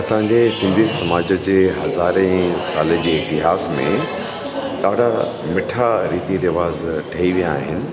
असांजे सिंधी समाज जे हज़ारे ई साले जे इतिहास में ॾाढा मिठा रीति रिवाज़ ठही विया आहिनि